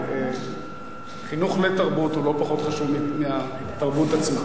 חינוך לתרבות הוא לא פחות חשוב מהתרבות עצמה.